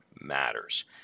matters